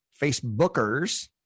Facebookers